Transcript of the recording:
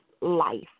life